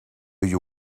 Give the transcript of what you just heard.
you